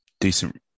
decent